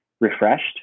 refreshed